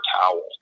towel